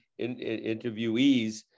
interviewees